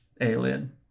alien